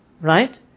right